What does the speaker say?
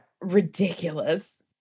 ridiculous